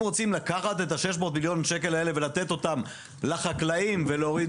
אם רוצים לקחת את 600 מיליון השקלים האלה ולתת אותם לחקלאים ולהוריד